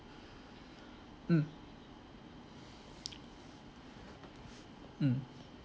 mm mm